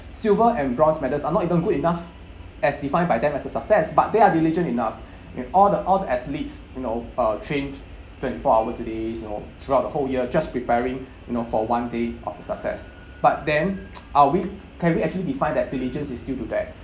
silver and bronze medals are not even good enough as defined by them as a success but they are diligent enough and all the all athletes you know uh trained twenty four hours a day you know throughout the whole year just preparing you know for one day of a success but then are we can we actually define that diligence is due to that